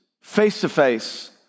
face-to-face